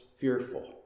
fearful